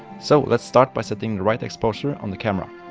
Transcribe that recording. so let's start by setting the right exposure on the camera.